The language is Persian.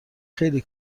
خیلی